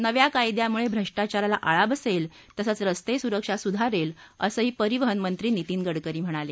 नव्या कायद्यामुळे भ्रष्टाचाराला आळा बसेल तसंच रस्ते सुरक्षा सुधारेल असंही परिवहन मंत्री नीतीन गडकरी म्हणाले